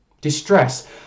Distress